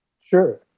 Sure